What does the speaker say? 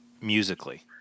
musically